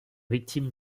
victime